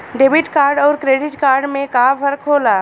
Debit card अउर credit card में का फर्क होला?